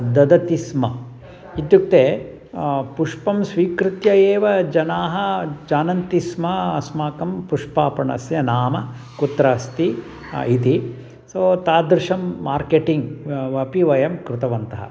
दद्मः स्म इत्युक्ते पुष्पं स्वीकृत्य एव जनाः जानन्ति स्म अस्माकं पुष्पापणस्य नाम कुत्र अस्ति इति सो तादृशं मार्केटिङ्ग् अपि वयं कृतवन्तः